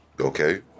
okay